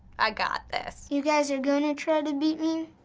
i got this. you guys are gonna try to beat me,